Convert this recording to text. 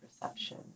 perception